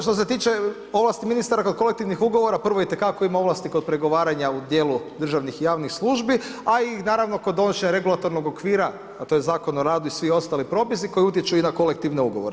Što se tiče ovlasti ministara kod kolektivnih ugovora, prvo itekako ima ovlasti kod pregovaranja u dijelu državnih i javnih službi a i naravno kod donošenja regulatornog okvira a to je Zakon o radu i svi ostali propisi koji utječu i na kolektivne ugovore.